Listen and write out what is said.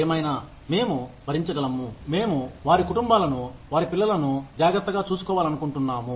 ఏమైనా మేము భరించగలను మేము వారి కుటుంబాలను వారి పిల్లలను జాగ్రత్తగా చూసుకోవాలనుకుంటున్నాము